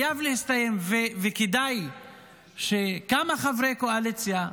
חייב להסתיים, וכדאי שכמה חברי קואליציה,